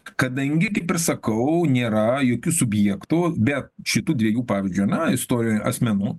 kadangi kaip ir sakau nėra jokių subjektų be šitų dviejų pavyzdžiui ane istorijoj asmenų